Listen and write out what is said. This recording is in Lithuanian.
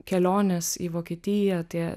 kelionės į vokietiją tie